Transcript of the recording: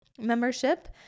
membership